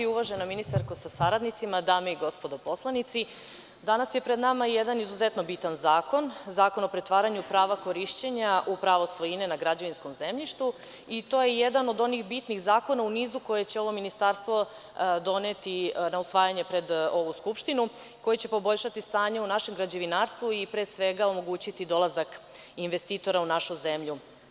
Uvažena ministarko sa saradnicima, dame i gospodo narodni poslanici, danas je pred nama jedan izuzetno bitan zakon, zakon o pretvaranju prava korišćenja u pravo svojine na građevinskom zemljištu i to je jedan od onih bitnih zakona u nizu koje će ovo ministarstvo doneti na usvajanje pred ovu Skupštinu, koji će poboljšati stanje u našem građevinarstvu i pre svega omogućiti dolazak investitora u našu zemlju.